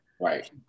right